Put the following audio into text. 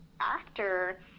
actor